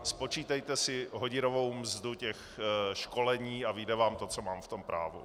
Spočítejte si hodinovou mzdu těch školení a vyjde vám to, co mám v tom Právu.